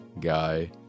guy